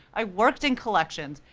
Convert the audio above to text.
i worked in collections,